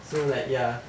so like ya